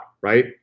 right